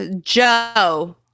Joe